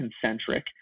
concentric